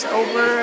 over